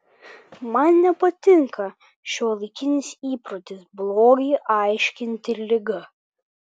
man nepatinka šiuolaikinis įprotis blogį aiškinti liga